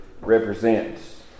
represents